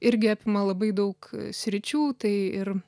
irgi apima labai daug sričių tai ir